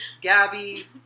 Gabby